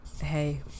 hey